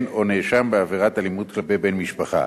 או נאשם בעבירת אלימות כלפי בן-משפחה.